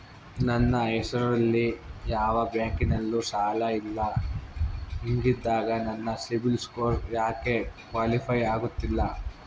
ನನ್ನ ಹೆಸರಲ್ಲಿ ಯಾವ ಬ್ಯಾಂಕಿನಲ್ಲೂ ಸಾಲ ಇಲ್ಲ ಹಿಂಗಿದ್ದಾಗ ನನ್ನ ಸಿಬಿಲ್ ಸ್ಕೋರ್ ಯಾಕೆ ಕ್ವಾಲಿಫೈ ಆಗುತ್ತಿಲ್ಲ?